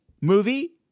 movie